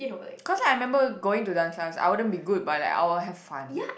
cause I remember going to dance class I wouldn't be good but like I will have fun